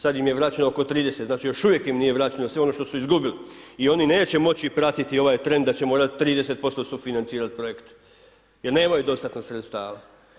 Sad im je vraćeno oko 30, znači još uvijek im nije vraćeno sve što su izgubili i oni neće moći pratiti ovaj trend da će morati 30% sufinancirati projekt jer nemaju dostatna sredstava.